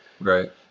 Right